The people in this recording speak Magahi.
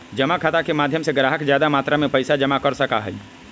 जमा खाता के माध्यम से ग्राहक ज्यादा मात्रा में पैसा जमा कर सका हई